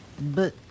But